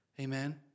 Amen